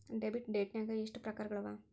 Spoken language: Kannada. ಡೆಬಿಟ್ ಡೈಟ್ನ್ಯಾಗ್ ಎಷ್ಟ್ ಪ್ರಕಾರಗಳವ?